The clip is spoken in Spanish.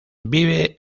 vive